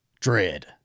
dread